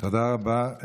תודה רבה.